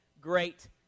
great